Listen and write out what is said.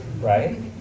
right